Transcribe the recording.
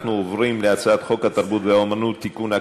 אנחנו עוברים להצעת חוק התרבות והאמנות (תיקון,